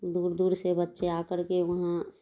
دور دور سے بچے آ کر کے وہاں